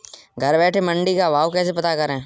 घर बैठे मंडी का भाव कैसे पता करें?